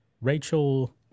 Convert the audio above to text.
Rachel